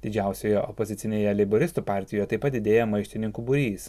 didžiausioje opozicinėje leiboristų partijoje taip pat didėja maištininkų būrys